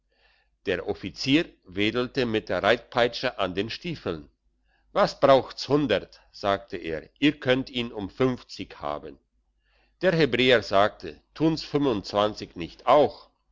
der offizier wedelte mit der reitpeitsche an den stiefeln was braucht's hundert sagte er ihr könnt ihn um fünfzig haben der hebräer sagte tun's fünfundzwanzig nicht auch